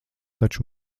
taču